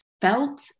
felt